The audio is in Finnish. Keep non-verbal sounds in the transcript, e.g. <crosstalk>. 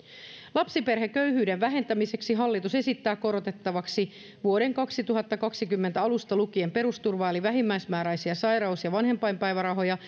lapsiperheköyhyyden vähentämiseksi hallitus esittää korotettavaksi vuoden kaksituhattakaksikymmentä alusta lukien perusturvaa eli vähimmäismääräisiä sairaus ja vanhempainpäivärahoja <unintelligible>